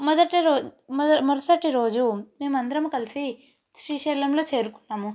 మొదట రోజు మరుసటి రోజు మేము అందరం కలిసి శ్రీశైలంలో చేరుకున్నాము